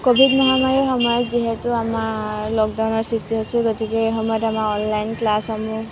Covid মহামাৰীৰ সময়ত যিহেতু আমাৰ লকডাউনৰ সৃষ্টি হৈছিল গতিকে সেই সময়ত আমাৰ অনলাইন ক্লাছসমূহ